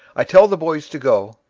i tell the boys to go,